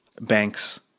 Banks